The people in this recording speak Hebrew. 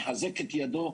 מחזק את ידו,